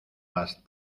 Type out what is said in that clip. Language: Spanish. las